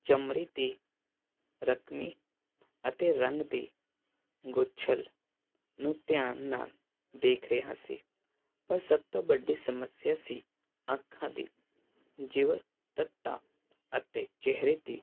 ਚਮੜੀ ਦੀ ਰਕਮੀ ਅਤੇ ਰੰਗ ਦੀ ਗੁੱਛਲ ਨੂੰ ਧਿਆਨ ਨਾਲ ਦੇਖ ਰਿਹਾ ਸੀ ਪਰ ਸਭ ਤੋਂ ਵੱਡੀ ਸਮੱਸਿਆ ਸੀ ਅੱਖਾਂ ਦੀ ਜੀਵਨ ਤੱਤਾਂ ਅਤੇ ਚਿਹਰੇ ਦੀ